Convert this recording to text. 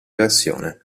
versione